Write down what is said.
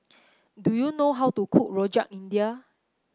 do you know how to cook Rojak India